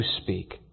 speak